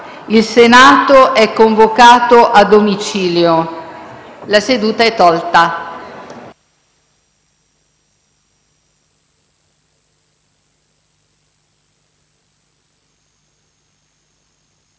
Il Senato è convocato a domicilio. La seduta è tolta